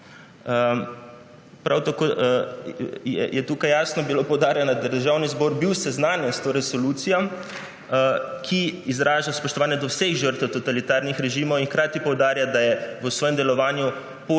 Prav tako je bilo tukaj jasno poudarjeno, da je bil Državni zbor seznanjen s to resolucijo, ki izraža spoštovanje do vseh žrtev totalitarnih režimov, in hkrati poudarja, da je v svojem delovanju